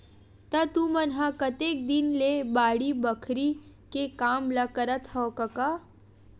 त तुमन ह कतेक दिन ले बाड़ी बखरी के काम ल करत हँव कका?